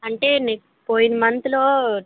అంటే నెక్ పోయిన మంత్లో